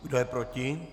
Kdo je proti?